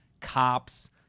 cops